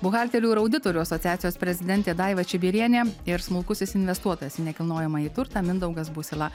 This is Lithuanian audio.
buhalterių ir auditorių asociacijos prezidentė daiva čibirienė ir smulkusis investuotojas į nekilnojamąjį turtą mindaugas busila